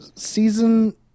Season